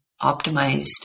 optimized